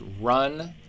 run